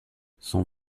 son